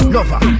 Lover